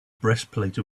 breastplate